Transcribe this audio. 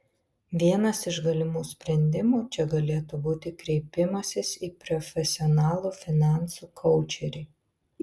vienas iš galimų sprendimų čia galėtų būti kreipimasis į profesionalų finansų koučerį